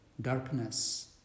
darkness